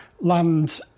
land